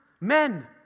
Men